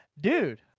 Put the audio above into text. Dude